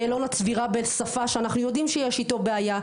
שאלון הצבירה בשפה שאנחנו יודעים שיש איתו בעיה,